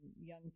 young